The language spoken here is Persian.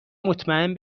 مطمئن